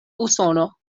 usono